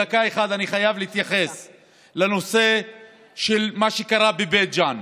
למה שקרה בבית ג'ן,